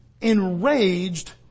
enraged